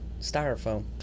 Styrofoam